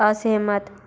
असहमत